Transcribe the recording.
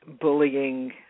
bullying